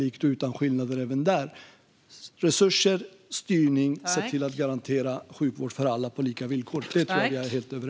Men jag tror att vi är helt överens om vikten av resurser och styrning och av att se till att garantera sjukvård för alla på lika villkor.